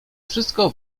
wszystko